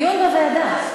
דיון ועדה.